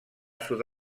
sud